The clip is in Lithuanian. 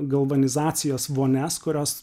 galvanizacijos vonias kurios